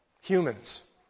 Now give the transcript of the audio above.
humans